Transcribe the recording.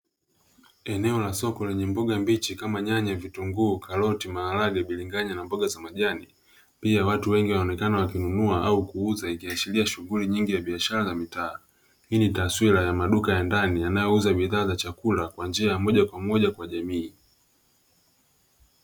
Eneo la soko lenye mboga mbichi kama nyanya, vitunguu, karoti, maharage, biringanya na mboga za majani. pia watu wengi wakionekana wakinunua au kuuza ikiashiria shughuli nyingi ya biashara za mtaa, hii ni taswira ya maduka ya ndani yanayouza bidhaa za chakula kwa njia ya moja kwa moja kwa jamii.